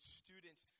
students